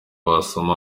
wasoma